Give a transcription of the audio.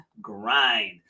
Grind